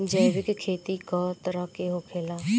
जैविक खेती कए तरह के होखेला?